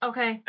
Okay